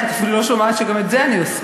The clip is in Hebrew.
את אפילו לא שומעת שגם את זה אני עושה.